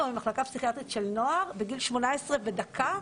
ממחלקה פסיכיאטרית של נוער בגיל 18 ודקה,